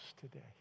today